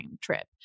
trip